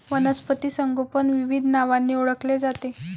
वनस्पती संगोपन विविध नावांनी ओळखले जाते